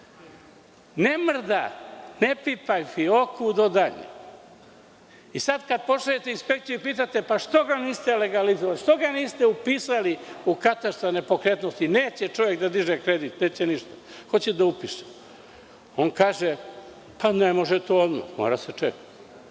Ne mrda, ne pipaj fioku do daljnjeg. Kada pošaljete inspekciju i pitate – zašto niste legalizovali, zašto niste upisali u katastar nepokretnosti. Neće čovek da diže kredit, neće ništa, hoće da upiše. On kaže – pa, ne može to odmah, mora da se